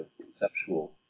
conceptual